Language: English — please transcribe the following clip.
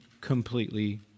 completely